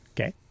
Okay